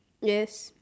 yes